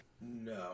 no